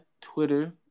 Twitter